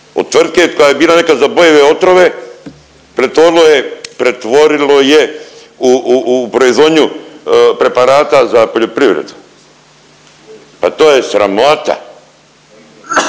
tvrtke koja je bila nekad za bojeve otrove pretvorilo je u proizvodnju preparata za poljoprivredu. Pa to je sramota!